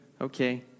okay